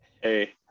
Hey